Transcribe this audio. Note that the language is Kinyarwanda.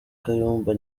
kayumba